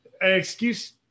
excuse